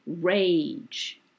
rage